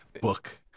book